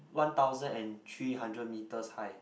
one thousand and three hundred meters high